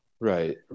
Right